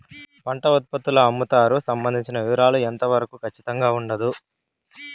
పంట ఉత్పత్తుల అమ్ముతారు సంబంధించిన వివరాలు ఎంత వరకు ఖచ్చితంగా ఉండదు?